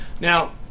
Now